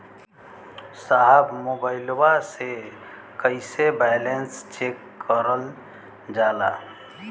साहब मोबइलवा से कईसे बैलेंस चेक करल जाला?